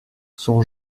son